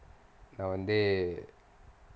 நா வந்து:naa vanthu